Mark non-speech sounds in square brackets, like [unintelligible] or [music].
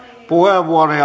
puheenvuoroja [unintelligible]